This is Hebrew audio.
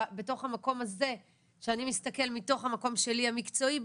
בתוך המקום הזה שאני מסתכל מתוך המקום שלי המקצועי,